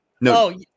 No